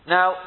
Now